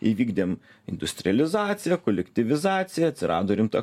įvykdėm industrializaciją kolektyvizaciją atsirado rimta